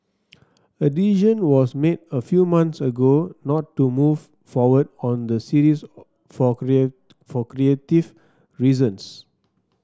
a decision was made a few months ago not to move forward on the series for for creative reasons